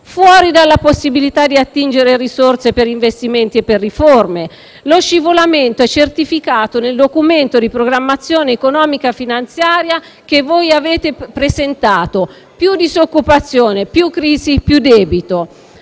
fuori dalla possibilità di attingere a risorse per investimenti e per riforme. Lo scivolamento è certificato nel Documento di economia e finanza che avete presentato: più disoccupazione, più crisi e più debito.